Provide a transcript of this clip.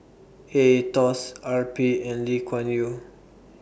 A Etos R P and Li Kuan YOU